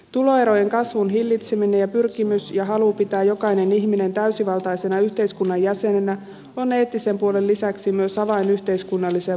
tuloerojen kasvun hillitseminen ja pyrkimys ja halu pitää jokainen ihminen täysivaltaisena yhteiskunnan jäsenenä on eettisen puolen lisäksi myös avain yhteiskunnalliseen vakauteen